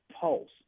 pulse